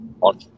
on